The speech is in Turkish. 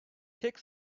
tek